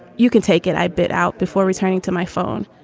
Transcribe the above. you can take it. i bit out before returning to my phone.